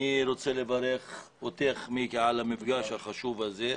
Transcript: אני רוצה לברך אותך מיקי על המפגש החשוב הזה.